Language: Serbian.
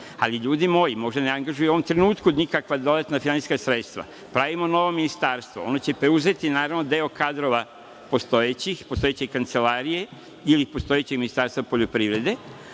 ali ljudi moji, možda ne angažuje u ovom trenutku nikakva dodatna finansijska sredstva, pravimo novo ministarstvo, ono će preuzeti deo kadrova postojećih, postojeće kancelarije ili postojećeg Ministarstva poljoprivrede,